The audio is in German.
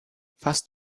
fast